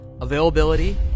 availability